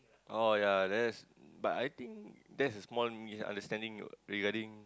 oh yea that's but I think that's a small misunderstanding regarding